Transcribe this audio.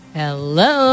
hello